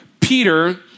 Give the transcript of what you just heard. Peter